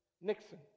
Nixon